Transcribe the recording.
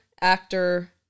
actor